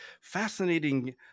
fascinating